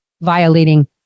violating